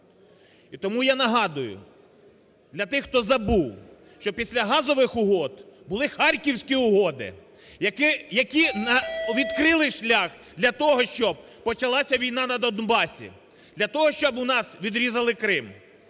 І тому я нагадую для тих, хто забув, що після газових угод були Харківські угоди, які відкрили шлях для того, щоб почалася війна на Донбасі, для того, щоб у нас відрізали Крим.